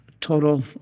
total